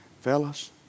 Fellas